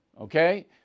Okay